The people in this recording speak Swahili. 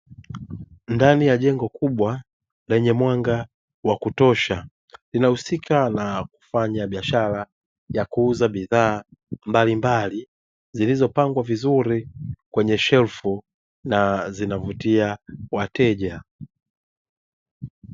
Ndani ya jengo kubwa lenye mwanga wa kutosha, linahusika na kufanya biashara ya kuuza bidhaa mbalimbali zilizopangwa vizuri kwenye shelfu na zinavutia wateja.